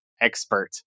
expert